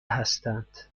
هستند